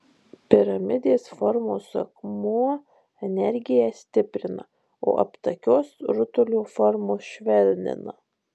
piramidės formos akmuo energiją stiprina o aptakios rutulio formos švelnina